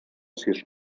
sis